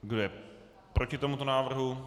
Kdo je proti tomuto návrhu?